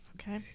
Okay